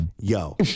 Yo